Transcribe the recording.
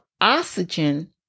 oxygen